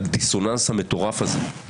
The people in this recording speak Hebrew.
דיונים מתקיימים בצורה סדורה ועל פי